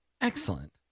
Excellent